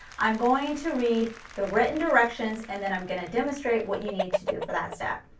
i'm going to read the written directions and then i'm going to demonstrate what you need to do for that step.